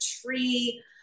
tree